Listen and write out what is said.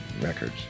records